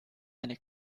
eine